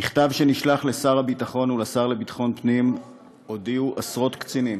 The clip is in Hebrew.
במכתב שנשלח לשר הביטחון ולשר לביטחון הפנים הודיעו עשרות קצינים